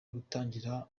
gutangira